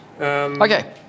okay